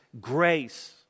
grace